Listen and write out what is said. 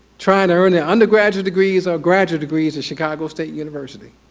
trying to earn their undergraduate degrees or graduate degrees in chicago state university.